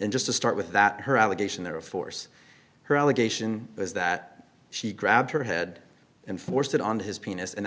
and just to start with that her allegation there of force her allegation is that she grabbed her head and forced it on his penis and